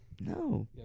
No